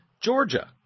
Georgia